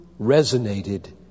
resonated